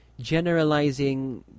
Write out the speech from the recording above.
generalizing